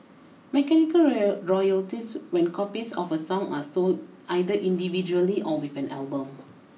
mechanical royal royalties when copies of a song are sold either individually or with an album